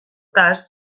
cas